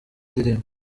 ndirimbo